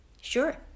Sure